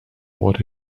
what